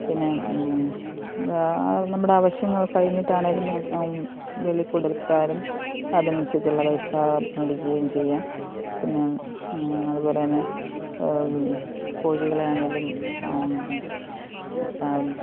പിന്നെ നമ്മുടെ ആവശ്യങ്ങൾ കഴിഞ്ഞിട്ടാണെങ്കിലും വെളിയിൽ കൊടുത്താലും അതിനനുസരിച്ചുള്ള പൈസ മേടിക്കുകയും ചെയ്യാം പിന്നെ അതുപോലെ തന്നെ കോഴികളെ ആണെങ്കിലും ഇപ്പം